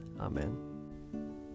Amen